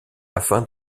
afin